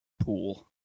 pool